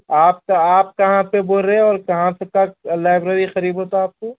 آپ کا آپ کہاں پہ بول رہے ہو اور کہاں کا لائبریری قریب ہوتا آپ کو